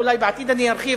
אולי בעתיד אני ארחיב,